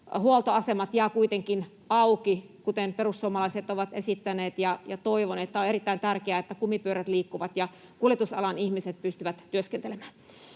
huoltoasemat jäävät kuitenkin auki, kuten perussuomalaiset ovat esittäneet. Toivon — tämä on erittäin tärkeää — että kumipyörät liikkuvat ja kuljetusalan ihmiset pystyvät työskentelemään.